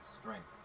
strength